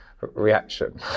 reaction